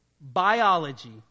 biology